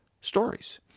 stories